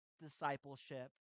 discipleship